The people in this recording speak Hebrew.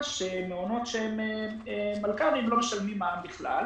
שמעונות שהם מלכ"רים לא משלמים מע"מ בכלל,